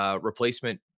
replacement